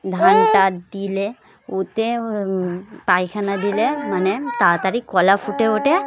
ধানটা দিলে ওতে পায়খানা দিলে মানে তাড়াতাড়ি কলা ফুটে ওঠে